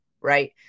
right